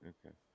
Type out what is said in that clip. Okay